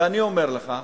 ואני אומר לך,